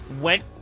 went